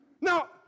Now